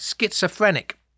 schizophrenic